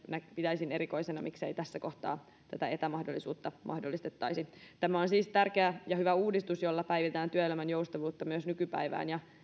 pitäisin erikoisena jos ei tässä kohtaa tätä etämahdollisuutta mahdollistettaisi tämä on siis tärkeä ja hyvä uudistus jolla myös päivitetään työelämän joustavuutta nykypäivään ja